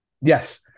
Yes